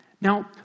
Now